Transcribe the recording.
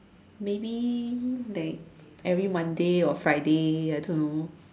maybe like every Monday or Friday I don't know